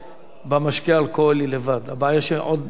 הבעיה שעוד לוקחים מה שנקרא רד- בול,